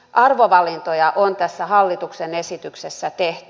arvovalintoja on tässä hallituksen esityksessä tehty